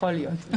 יכול להיות.